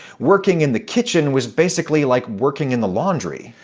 working in the kitchen was basically like working in the laundry.